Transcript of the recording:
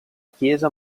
chiesa